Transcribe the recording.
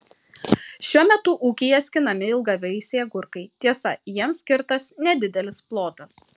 šiuo metu ūkyje skinami ilgavaisiai agurkai tiesa jiems skirtas nedidelis plotas